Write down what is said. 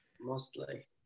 mostly